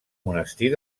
monestir